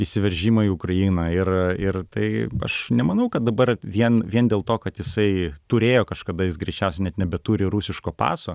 įsiveržimą į ukrainą ir ir tai aš nemanau kad dabar vien vien dėl to kad jisai turėjo kažkada jis greičiausiai net nebeturi rusiško paso